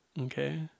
Okay